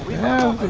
know